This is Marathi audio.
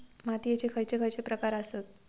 मातीयेचे खैचे खैचे प्रकार आसत?